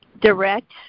direct